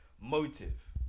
motive